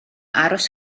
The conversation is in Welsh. aros